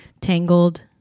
Tangled